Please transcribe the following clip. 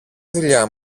δουλειά